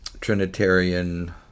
trinitarian